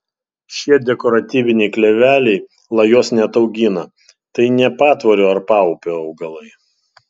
šie dekoratyviniai kleveliai lajos neataugina tai ne patvorio ar paupio augalai